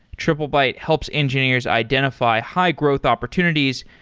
triplebyte helps engineers identify high-growth opportunities,